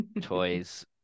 toys